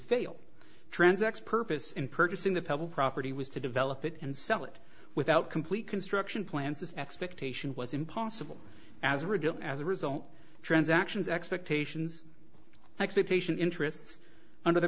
fail transacts purpose in purchasing the pebble property was to develop it and sell it without complete construction plans this expectation was impossible as a result as a result transactions expectations expectation interests under the